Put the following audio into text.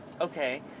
Okay